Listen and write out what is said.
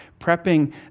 prepping